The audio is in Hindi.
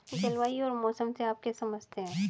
जलवायु और मौसम से आप क्या समझते हैं?